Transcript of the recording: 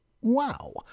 Wow